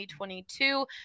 2022